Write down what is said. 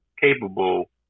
capable